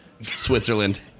Switzerland